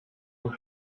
were